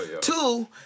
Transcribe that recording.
Two